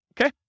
okay